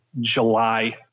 July